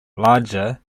larger